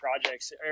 projects